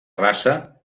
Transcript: raça